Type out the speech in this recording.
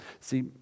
See